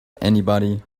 anybody